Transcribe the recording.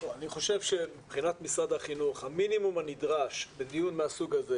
אני חושב שמבחינת משרד החינוך המינימום הנדרש לדיון מהסוג הזה